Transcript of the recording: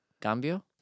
cambio